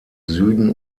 süden